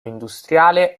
industriale